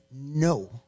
No